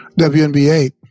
WNBA